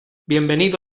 bienvenido